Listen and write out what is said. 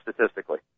statistically